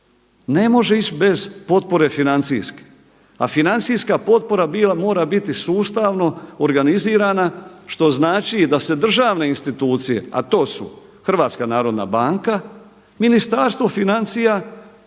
ne može ići bez potpore financijske, a financijska potpora mora biti sustavno organizirana što znači da se državne institucije, a to su HNB, Ministarstvo financira,